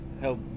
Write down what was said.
help